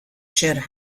shed